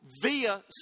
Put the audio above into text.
via